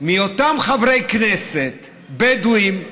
מאותם חברי כנסת בדואים,